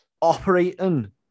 operating